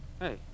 Hey